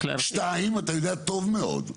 שתיים, אתה יודע טוב מאוד,